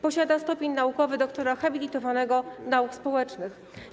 Posiada stopień naukowy doktora habilitowanego nauk społecznych.